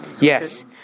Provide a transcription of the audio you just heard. Yes